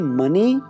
money